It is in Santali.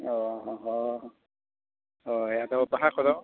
ᱚᱻ ᱦᱚᱸ ᱚᱻ ᱦᱚᱸ ᱦᱳᱭ ᱟᱫᱚ ᱵᱟᱦᱟ ᱠᱚᱫᱚ